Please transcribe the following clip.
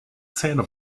zähne